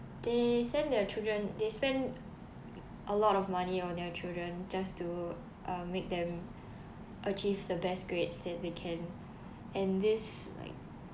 they send their children they spent a lot of money on their children just to um make them achieve the best grades that they can and this like